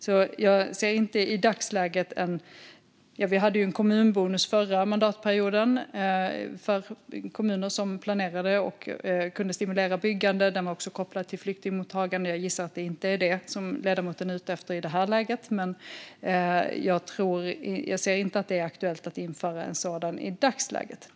Förra mandatperioden hade vi en kommunbonus för kommuner som planerade och stimulerade byggande. Den var kopplad till flyktingmottagande, och jag gissar att det inte är det ledamoten är ute efter i detta läge. Jag ser inte att det är aktuellt att införa en sådan i dagsläget.